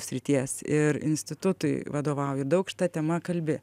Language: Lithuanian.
srities ir institutui vadovauji daug šita tema kalbi